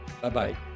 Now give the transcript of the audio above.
Bye-bye